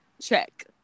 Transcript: check